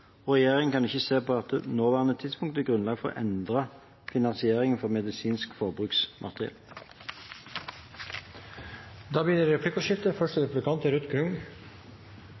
og regjeringen kan ikke se at det på nåværende tidspunkt er grunnlag for å endre finansieringen for medisinsk forbruksmateriell. Det blir replikkordskifte. Som jeg nevnte i innlegget mitt, viser i hvert fall Diabetesforbundet til at det